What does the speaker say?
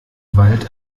wald